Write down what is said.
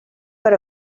per